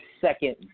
second